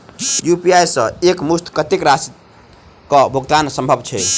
UPI सऽ एक मुस्त कत्तेक राशि कऽ भुगतान सम्भव छई?